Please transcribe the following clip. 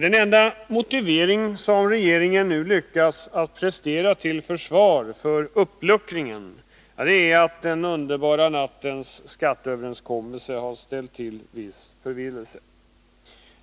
Den enda motivering som regeringen nu lyckats prestera till försvar för uppluckringen är att den underbara nattens skatteöverenskommelse ställt till viss förvirring.